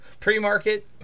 pre-market